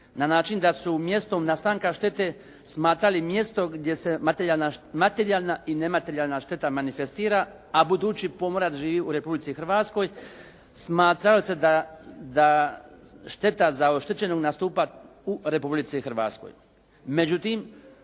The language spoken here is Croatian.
na način da su mjesto nastanka štete, smatrali mjesto gdje se materijalna i nematerijalna šteta ne manifestira, a budući da pomorac živi u Republici Hrvatskoj, smatralo se da šteta za oštećenog nastupa u Republici Hrvatskoj. Međutim,